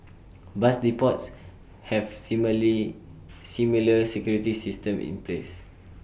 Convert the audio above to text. bus depots have smily similar security systems in place